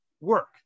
work